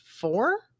four